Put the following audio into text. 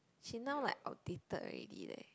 she now like outdated already leh